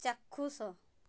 ଚାକ୍ଷୁଷ